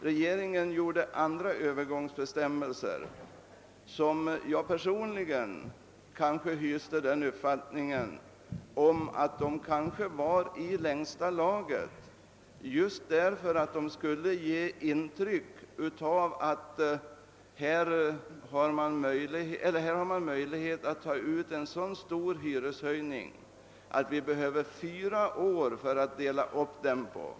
Regeringen införde andra övergångsbestämmelser, om vilka jag personligen hyste uppfattningen att man tog till övergångstiden i längsta laget; det skulle kunna ge intrycket att hyresvärdarna nu skulle få möjlighet att vidta så kraftiga hyreshöjningar att vi skulle behöva dela upp dem på fyra år.